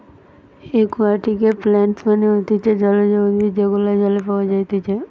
একুয়াটিকে প্লান্টস মানে হতিছে জলজ উদ্ভিদ যেগুলো জলে পাওয়া যাইতেছে